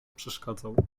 przeszkadzał